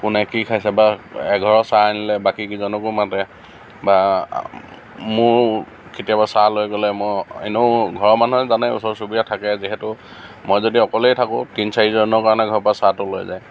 কোনে কি খাইছে বা এঘৰৰ চাহ আনিলে বাকী কেইজনকো মাতে বা মোৰ কেতিয়াবা চাহ লৈ গ'লে মই ইনেও ঘৰৰ মানুহে জানেই ওচৰ চুবুৰীয়া থাকে যিহেতু মই যদি অকলেই থাকোঁ তিনি চাৰিজনৰ কাৰণে ঘৰৰ পৰা চাহটো লৈ যায়